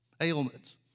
ailments